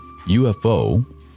UFO